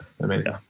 amazing